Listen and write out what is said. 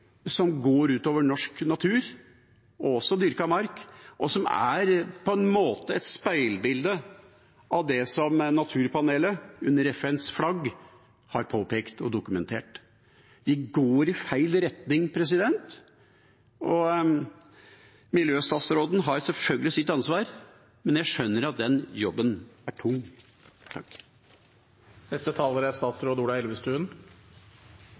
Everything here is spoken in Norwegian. som går ut over norsk natur og dyrket mark, og som på en måte er et speilbilde av det som Naturpanelet under FNs flagg har påpekt og dokumentert. Vi går i feil retning, og miljøstatsråden har selvfølgelig sitt ansvar, men jeg skjønner at den jobben er tung.